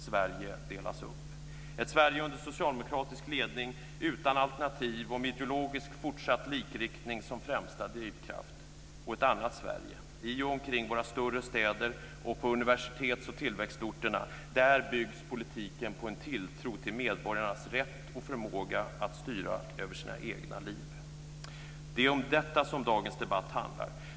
Sverige delas upp i ett Sverige under socialdemokratisk ledning utan alternativ och med fortsatt ideologisk likriktning som främsta drivkraft och ett annat Sverige i och omkring våra större städer och på universitets och tillväxtorter där politiken byggs på en tilltro till medborgarnas rätt och förmåga att styra över sina egna liv. Det är om detta som dagens debatt handlar.